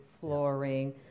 flooring